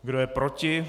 Kdo je proti?